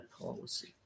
policy